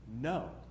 No